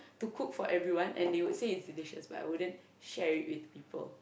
to cook for everyone and they would it's delicious but I wouldn't share it with people